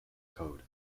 code